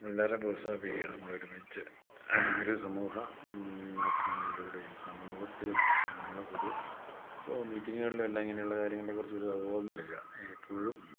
പിള്ളേരെ പ്രോത്സാഹിപ്പിക്കുക നമ്മളൊരുമിച്ച് ഒരു സമൂഹ മാധ്യമങ്ങളിലൂടെയും സമൂഹത്തിലും നമ്മൾ പൊതു ഇപ്പോൾ മീറ്റിങ്ങുകളിലും എല്ലാം ഇങ്ങനെയുള്ള കാര്യങ്ങളെക്കുറിച്ച് ഒരു ഊന്നൽ നൽകുക എപ്പോഴും